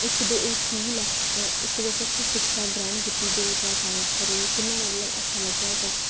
इक ते ओह् स्कूल ऐ इक ते असें उत्थै शिक्षा ग्रैह्ण कीती दी दो त्रै साल उत्थै रेह् किन्ना मतलब अच्छा लग्गेआ ओह्